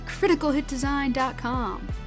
criticalhitdesign.com